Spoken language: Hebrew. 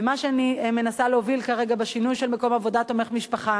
ומה שאני מנסה להוביל כרגע בשינוי של מקום עבודה תומך-משפחה,